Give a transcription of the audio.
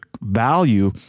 value